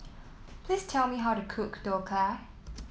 please tell me how to cook Dhokla